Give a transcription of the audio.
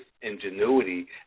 ingenuity